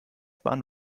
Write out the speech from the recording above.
bahn